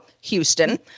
Houston